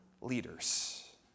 leaders